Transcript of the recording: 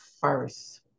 first